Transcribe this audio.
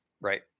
right